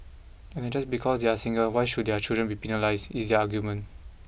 and that just because they are single why should their children be penalised is their argument